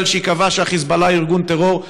שהיא קבעה שה"חיזבאללה" הוא ארגון טרור,